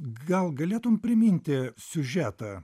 gal galėtum priminti siužetą